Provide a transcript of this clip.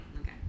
Okay